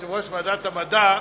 יושב-ראש ועדת המדע,